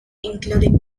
including